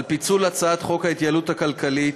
על פיצול הצעת חוק ההתייעלות הכלכלית